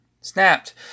snapped